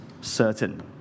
certain